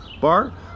bar